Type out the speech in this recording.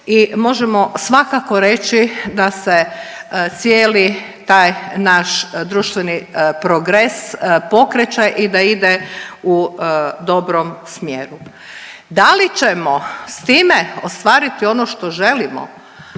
I možemo svakako reći da se cijeli taj naš društveni progres pokreće i da ide u dobrom smjeru. Da li ćemo s time ostvariti ono što želimo